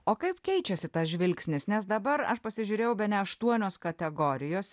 o kaip keičiasi tas žvilgsnis nes dabar aš pasižiūrėjau bene aštuonios kategorijos